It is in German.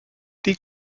die